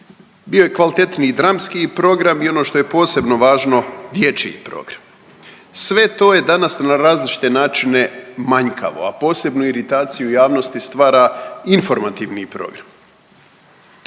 Bio je kvalitetniji dramski program i ono što je posebno važno, dječji program. Sve to je danas na različite načine manjkavo, a posebnu iritaciju javnosti stvara informativni program.